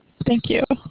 thank you.